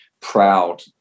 proud